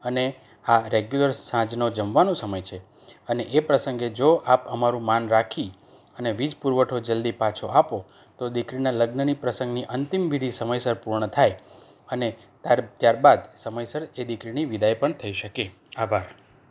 અને આ રેગ્યુલર સાંજનો જમવાનો સમય છે અને એ પ્રસંગે જો આપ અમારું માન રાખી અને વીજ પુરવઠો જલ્દી પાછો આપો તો દીકરીનાં લગ્નની પ્રસંગની અંતિમ વિધિ સમયસર પૂર્ણ થાય અને તાર ત્યારબાદ સમયસર દીકરીની વિદાય પણ થઈ શકે આભાર